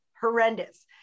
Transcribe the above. horrendous